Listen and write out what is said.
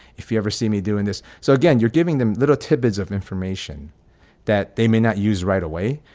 if you ever see me doing this. so again, you're giving them little tidbits of information that they may not use right away.